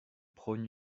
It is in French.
prône